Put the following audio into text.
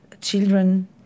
children